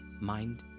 mind